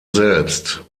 selbst